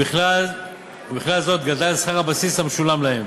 ובכלל זה גדל שכר הבסיס המשולם להם